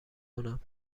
کنم